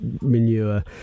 manure